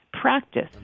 practice